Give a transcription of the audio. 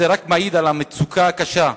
זה רק מעיד על המצוקה הקשה,